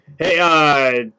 Hey